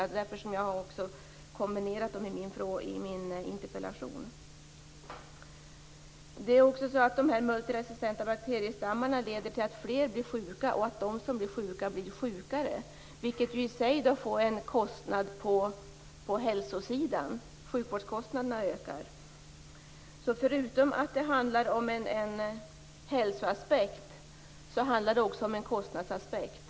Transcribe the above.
Det är därför som jag har kombinerat dessa frågor i min interpellation. Vidare leder de multiresistenta bakteriestammarna till att fler blir sjuka och till att de som insjuknar blir sjukare, vilket i sig gör att sjukvårdskostnaderna ökar. Förutom att det handlar om en hälsoaspekt handlar det alltså även om en kostnadsaspekt.